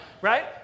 right